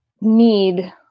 need